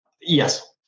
Yes